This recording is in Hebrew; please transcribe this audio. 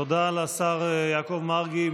תודה לשר יעקב מרגי.